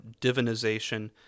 divinization